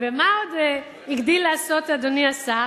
ומה עוד הגדיל לעשות אדוני השר?